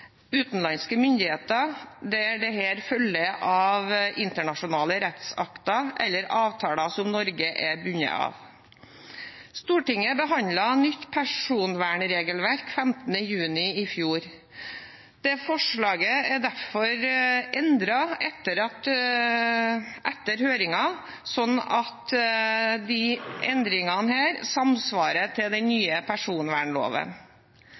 utenlandske myndigheter der dette følger av internasjonale rettsakter eller av avtaler som Norge er bundet av. Stortinget behandlet nytt personvernregelverk 15. juni i fjor. Forslaget er derfor endret etter høringen, slik at disse endringene samsvarer med den nye personvernloven.